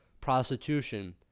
prostitution